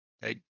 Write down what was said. Hey